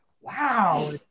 wow